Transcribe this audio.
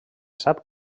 sap